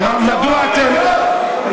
ראש הממשלה היה משתמש בזה.